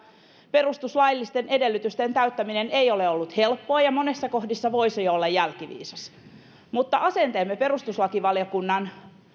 perustuslaillisten edellytysten täyttäminen ei ole ollut helppoa ja monessa kohdassa voisi olla jälkiviisas mutta asenteemme perustuslakivaliokunnan